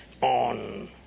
on